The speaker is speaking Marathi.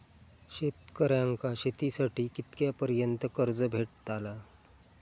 शेतकऱ्यांका शेतीसाठी कितक्या पर्यंत कर्ज भेटताला?